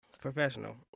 professional